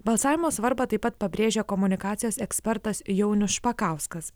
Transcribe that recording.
balsavimo svarbą taip pat pabrėžia komunikacijos ekspertas jaunius špakauskas